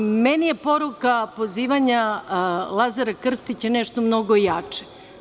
Meni je poruka pozivanja Lazara Krstića nešto mnogo jače.